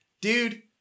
Dude